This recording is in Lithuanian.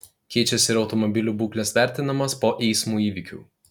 keičiasi ir automobilių būklės vertinimas po eismų įvykių